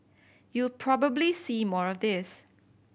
you'll probably see more of this